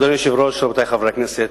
אדוני היושב-ראש, רבותי חברי הכנסת,